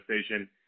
station